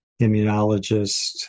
immunologist